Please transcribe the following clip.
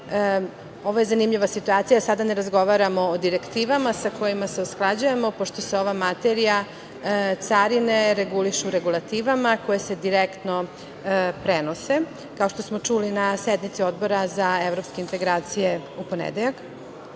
je zanimljiva situacija, sada ne razgovaramo o direktivama sa kojima se usklađujemo, pošto se ova materija carine reguliše u regulativama koje se direktno prenose. Kao što smo čuli, na sednici Odbora za evropske integracije ponedeljak,